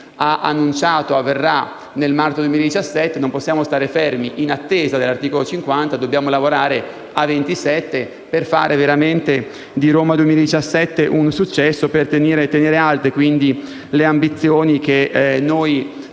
ha annunciato avverrà nel marzo 2017. Non possiamo stare fermi in attesa dell'articolo 50, ma dobbiamo lavorare a 27 per fare veramente di Roma 2017 un successo, per tenere alte le ambizioni che noi